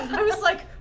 i mean was like,